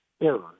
errors